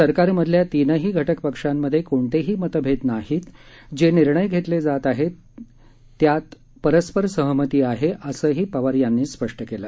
सरकारमधल्या तीनही घटकपक्षांमधे कोणतेही मतभेद नाहीत जे निर्णय घेतले जात आहेत त्या परस्पर सहमती आहे असंही पवार यांनी स्पष्ट केलं